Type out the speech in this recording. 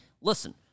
listen